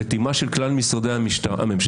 רתימה של כלל משרדי הממשלה,